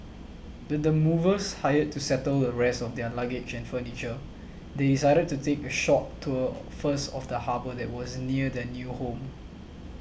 with the movers hired to settle the rest of their luggage and furniture they decided to take a short tour first of the harbour that was near their new home